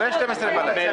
אחרי 24:00 בלילה.